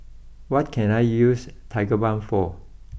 what can I use Tigerbalm for